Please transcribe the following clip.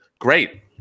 great